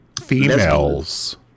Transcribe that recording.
females